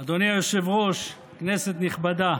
אדוני היושב-ראש, כנסת נכבדה,